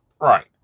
Right